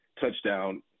touchdown